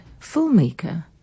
filmmaker